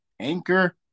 Anchor